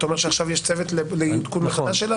אתה אומר שעכשיו יש צוות לעדכון מחדש שלה?